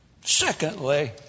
Secondly